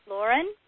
Lauren